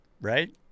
Right